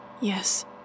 Yes